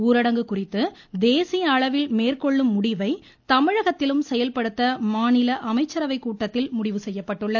ஊரடங்கு குறித்து தேசிய அளவில் மேற்கொள்ளும் முடிவை தமிழகத்திலும் செயல்படுத்த மாநில அமைச்சரவைக் கூட்டத்தில் முடிவு செய்யப்பட்டுள்ளது